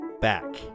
back